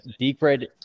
Decred